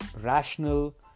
rational